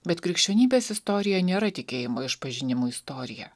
bet krikščionybės istorija nėra tikėjimo išpažinimų istorija